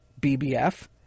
BBF